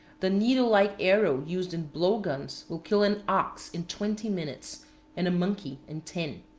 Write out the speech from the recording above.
the needle-like arrow used in blow-guns will kill an ox in twenty minutes and a monkey in ten.